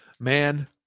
Man